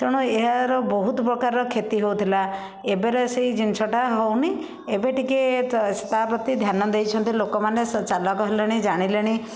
ତେଣୁ ଏହାର ବହୁତ ପ୍ରକାରର କ୍ଷତି ହେଉଥିଲା ଏବେର ସେହି ଜିନିଷଟା ହେଉନି ଏବେ ଟିକିଏ ତ ତା' ପ୍ରତି ଧ୍ୟାନ ଦେଇଛନ୍ତି ଲୋକମାନେ ଚାଲାକ ହେଲେଣି ଜାଣିଲେଣି